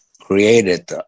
created